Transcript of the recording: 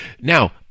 Now